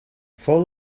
fou